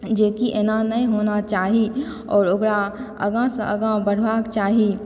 जेकि एना नहि होना चाही आओर ओकरा आगाँसंँ आगाँ बढ़वाके चाही